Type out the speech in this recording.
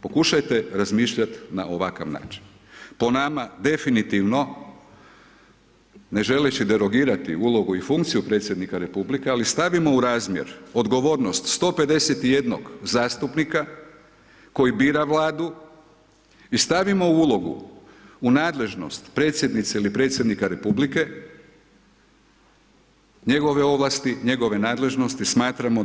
pokušajte razmišljat na ovakav način, po nama definitivno ne želeći derogirati ulogu i funkciju predsjednika republike, ali stavimo u razmjer odgovornost 151 zastupnika koji bira vladu i stavimo u ulogu u nadležnost predsjednice ili predsjednika republike njegove ovlasti, njegove nadležnosti, smatramo da